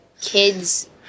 kids